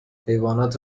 حیوانات